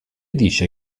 dice